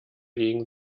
gegen